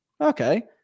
okay